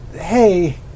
Hey